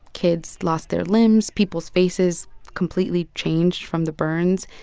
kids lost their limbs. people's faces completely changed from the burns.